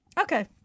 Okay